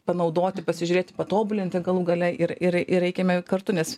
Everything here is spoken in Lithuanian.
panaudoti pasižiūrėti patobulinti galų gale ir ir eikime kartu nes